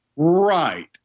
Right